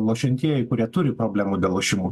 lošiantieji kurie turi problemų dėl lošimų